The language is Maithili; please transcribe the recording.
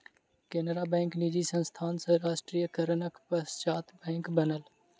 केनरा बैंक निजी संस्थान सॅ राष्ट्रीयकरणक पश्चात बैंक बनल